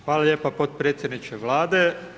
Hvala lijepo potpredsjedniče Vlade.